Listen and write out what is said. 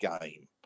game